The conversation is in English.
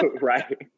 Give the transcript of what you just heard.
right